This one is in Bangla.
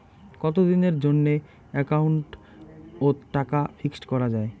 কতদিনের জন্যে একাউন্ট ওত টাকা ফিক্সড করা যায়?